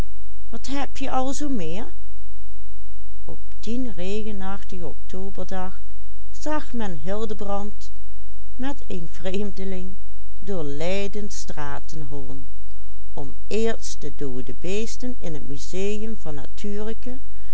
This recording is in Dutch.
met een vreemdeling door leidens straten hollen om eerst de doode beesten in het museum van natuurlijke